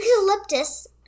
Eucalyptus